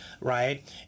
right